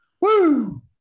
Woo